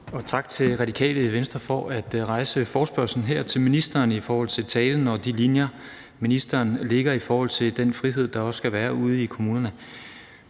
tak til Radikale Venstre for at rejse forespørgslen her til ministeren, i forhold til talen og de linjer, ministeren lægger i forhold til den frihed, der også skal være ude i kommunerne.